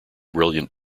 brilliant